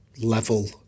level